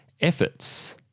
efforts